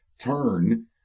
turn